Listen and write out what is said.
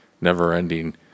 never-ending